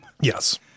Yes